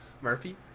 Murphy